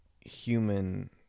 human